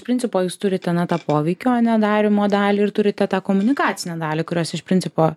principo jūs turite na tą poveikio ane darymo dalį ir turite tą komunikacinę dalį kurios iš principo